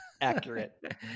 accurate